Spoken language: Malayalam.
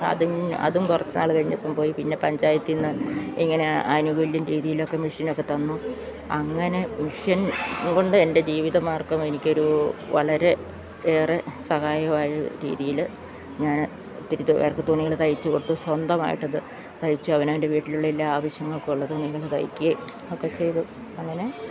അതും കുറച്ചുനാൾ കഴിഞ്ഞപ്പം പോയി പിന്നെ പഞ്ചായത്തിൽനിന്ന് ഇങ്ങനെ ആനുകൂല്യം രീതിയിലൊക്കെ മെഷീനൊക്കെ തന്നു അങ്ങനെ മിഷ്യൻ കൊണ്ട് എൻ്റെ ജീവിതമാർഗ്ഗം എനിക്കൊരു വളരെ ഏറെ സഹായകമായ രീതിയിൽ ഞാൻ ഒത്തിരി പേർക്ക് തുണികൾ തയ്ച്ചു കൊടുത്തു സ്വന്തമായിട്ടത് തയ്ച്ചു അവനവൻ്റെ വീട്ടിലുള്ള എല്ലാ ആവശ്യങ്ങൾക്കുള്ളത് തുണികൊണ്ട് തയ്ക്കുകയും ഒക്കെ ചെയ്തു അങ്ങനെ